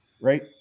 right